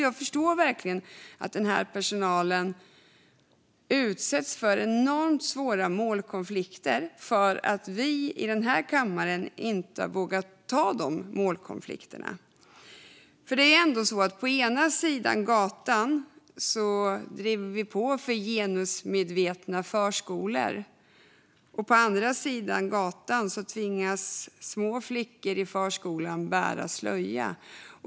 Jag förstår verkligen att personal kan utsättas för enormt svåra målkonflikter för att vi i den här kammaren inte har vågat ta de målkonflikterna. Det är ju ändå så att på ena sidan gatan drivs det på för genusmedvetna förskolor och på andra sidan gatan tvingas små flickor i förskolan bära slöja.